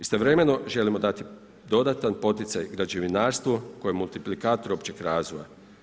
Istovremeno želimo dati dodatan poticaj građevinarstvu koji je multiplikator općeg razvoja.